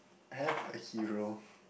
have a hero